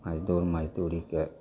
दो मारि तोरिके